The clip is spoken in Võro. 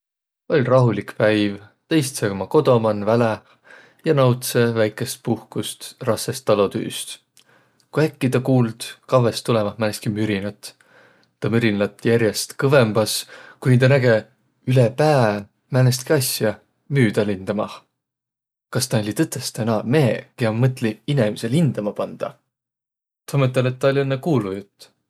Oll' rahulik päiv. Tä istsõ uma kodo man väläh ja nautsõ väikeist puhkust rassõst talotüüst, ku äkki tä kuuld kavvõst tulõvat määnestki mürinät. Taa mürrin lätt järest kõvõmbas, kuni tä näge üle pää määnestki asja müüdä lindamah. Kas naaq olliq tõtõstõ naaq meheq, kiä mõtliq inemise lindama pandaq? Tä mõtõl', et taa oll' õnnõ kuulujutt.